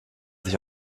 sich